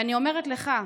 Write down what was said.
ואני אומרת לך,